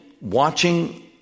watching